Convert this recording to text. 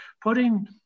Putting